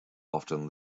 often